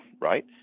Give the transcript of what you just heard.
right